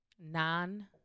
non-